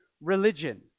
religion